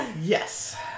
Yes